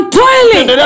toiling